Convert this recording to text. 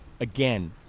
again